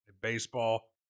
baseball